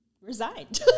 resigned